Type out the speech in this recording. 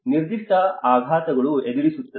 ನಿರ್ದಿಷ್ಟ ಆಘಾತವನ್ನು ಎದುರಿಸುತ್ತಿದೆ